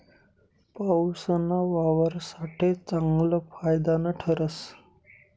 पाऊसना वावर साठे चांगलं फायदानं ठरस